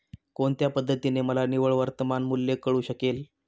कोणत्या पद्धतीने मला निव्वळ वर्तमान मूल्य कळू शकेल?